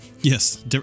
Yes